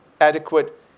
adequate